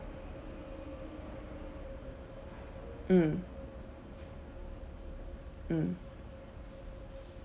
mm mm